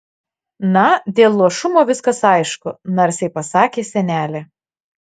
na dėl luošumo viskas aišku narsiai pasakė senelė